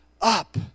up